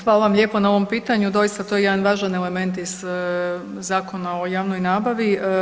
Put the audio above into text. Hvala vam lijepo na ovom pitanju, doista, to je jedan važan element iz Zakona o javnoj nabavi.